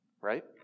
right